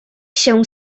się